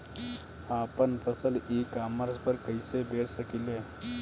आपन फसल e commerce पर कईसे बेच सकिले?